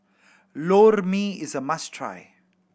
Lor Mee is a must try